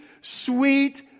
sweet